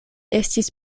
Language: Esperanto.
estis